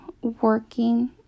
working